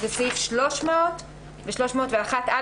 שזה סעיף 300 וסעיף 301א,